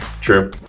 true